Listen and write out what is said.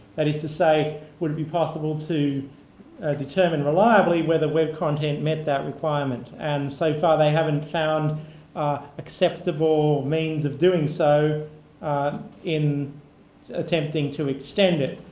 that is to say would it be possible to determine reliably whether web content met that requirement. and so far they haven't found acceptable means of doing so in attempting to extend it.